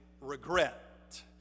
regret